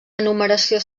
enumeració